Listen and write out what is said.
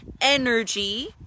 energy